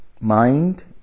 Mind